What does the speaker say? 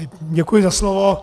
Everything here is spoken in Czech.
Děkuji za slovo.